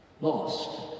lost